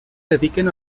dediquen